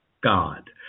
God